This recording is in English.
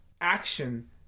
Action